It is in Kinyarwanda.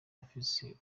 bafise